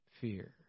fear